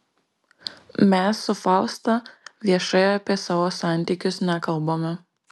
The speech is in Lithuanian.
mes su fausta viešai apie savo santykius nekalbame